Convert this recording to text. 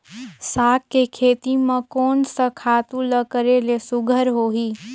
साग के खेती म कोन स खातु ल करेले सुघ्घर होही?